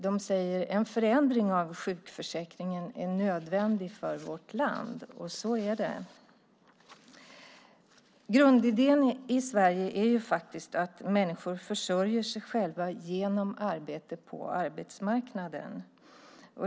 De säger att en förändring av sjukförsäkringen är nödvändig för vårt land. Och så är det. Grundidén i Sverige är att människor försörjer sig själva genom arbete på arbetsmarknaden.